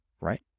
right